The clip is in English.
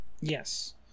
Yes